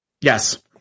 Yes